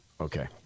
Okay